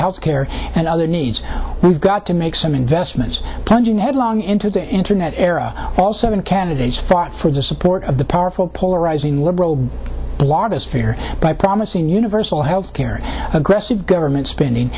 health care and other needs we've got to make some investments play headlong into the internet era also and candidates fought for the support of the powerful polarizing liberal blogosphere by promising universal health care aggressive government spending